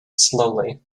slowly